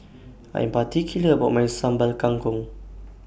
I'm particular about My Sambal Kangkong